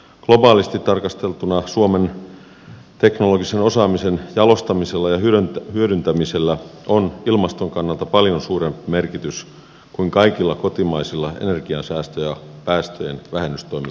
globaalisti tarkasteltuna suomen teknologisen osaamisen jalostamisella ja hyödyntämisellä on ilmaston kannalta paljon suurempi merkitys kuin kaikilla kotimaisilla energiansäästö ja päästöjenvähennystoimilla yhteensä